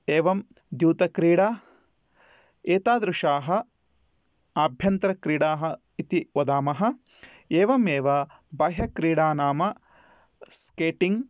एवं द्यूतक्रीडा एतादृशाः आभ्यन्तरक्रीडाः इति वदामः एवमेव बाह्यक्रीडा नाम स्केटिङ्ग्